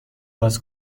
باز